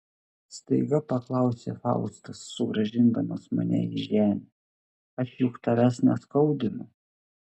staiga paklausė faustas sugrąžindamas mane į žemę aš juk tavęs neskaudinu